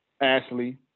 Ashley